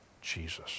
Jesus